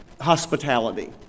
hospitality